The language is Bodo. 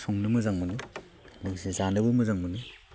संनो मोजां मोनो लोगोसे जानोबो मोजां मोनो